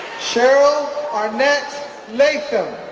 cheryl arnette latham